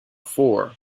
four